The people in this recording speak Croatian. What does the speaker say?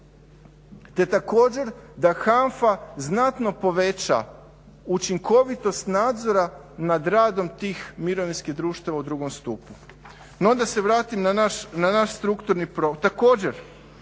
te također da HANFA znatno poveća učinkovitost nadzora nad radom tih mirovinskih društava u drugom stupu. No da se vratim na naš strukturni …,